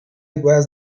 guess